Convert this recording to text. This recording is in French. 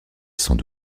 sans